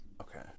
Okay